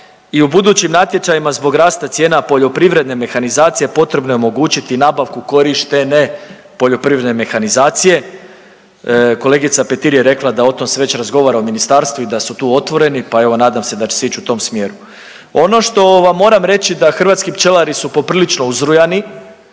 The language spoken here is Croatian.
i u budućim natječajima zbog rasta cijena poljoprivredne mehanizacije potrebno je omogućiti nabavku korištene poljoprivredne mehanizacije. Kolegica Petir je rekla da o tom se već razgovara u ministarstvu i da su tu otvoreni, pa evo nadam se da će se ići u tom smjeru. Ono što vam moram reći da hrvatski pčelari su poprilično uzrujani